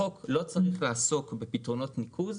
החוק לא צריך לעסוק בפתרונות ניקוז,